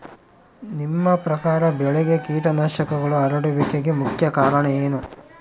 ನಿಮ್ಮ ಪ್ರಕಾರ ಬೆಳೆಗೆ ಕೇಟನಾಶಕಗಳು ಹರಡುವಿಕೆಗೆ ಮುಖ್ಯ ಕಾರಣ ಏನು?